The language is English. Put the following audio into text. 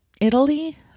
Italy